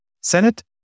Senate